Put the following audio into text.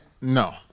No